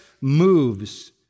moves